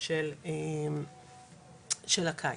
של הקיץ.